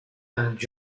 and